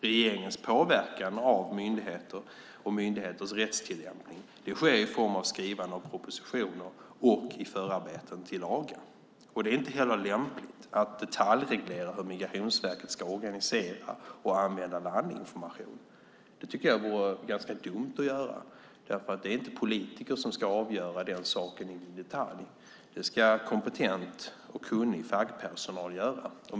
Regeringens påverkan av myndigheter och myndigheters rättstillämpning sker i form av skrivande av propositioner och i förarbeten till lagar. Det är inte heller lämpligt att detaljreglera hur Migrationsverket ska organisera och använda landinformation. Det vore dumt. Det är inte politiker som ska avgöra det i detalj. Det ska kompetent fackpersonal göra.